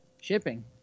shipping